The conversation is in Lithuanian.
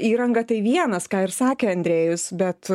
įrangą tai vienas ką ir sakė andrejus bet